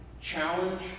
challenge